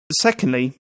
secondly